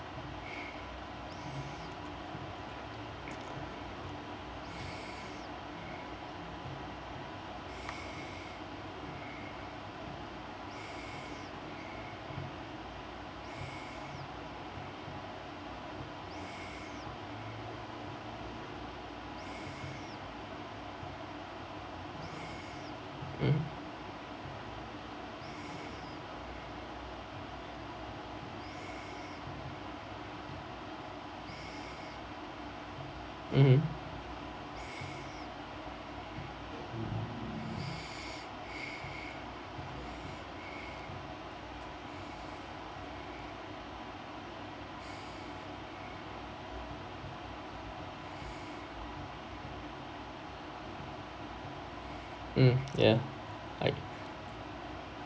mm mmhmm mm ya right